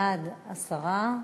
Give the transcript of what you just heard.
4,